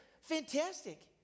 Fantastic